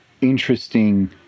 interesting